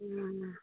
हूँ